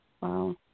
wow